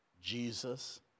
Jesus